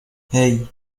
hey